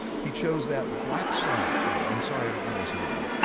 he chose that black sad guy, i'm sorry i don't know his name,